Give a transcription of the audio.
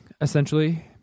essentially